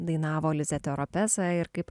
dainavo lizė teoropesa ir kaip